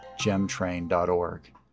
GemTrain.org